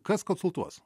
kas konsultuos